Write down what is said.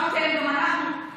גם אתם וגם אנחנו.